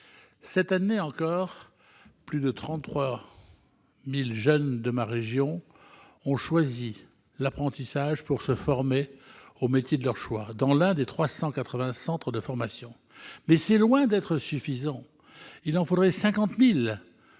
Cette année encore, plus de 33 000 jeunes de ma région ont choisi l'apprentissage pour se former au métier de leur choix, dans l'un des 380 centres de formation. Mais c'est loin d'être suffisant ! Il faudrait 50 000